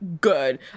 Good